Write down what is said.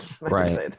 right